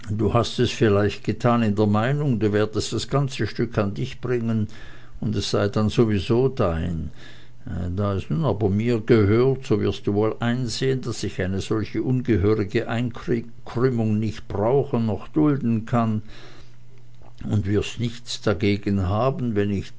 du hast es vielleicht getan in der meinung du werdest das ganze stück an dich bringen und es sei dann sowieso dein da es nun aber mir gehört so wirst du wohl einsehen daß ich eine solche ungehörige einkrümmung nicht brauchen noch dulden kann und wirst nichts dagegen haben wenn ich